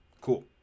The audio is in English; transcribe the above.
cool